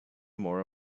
more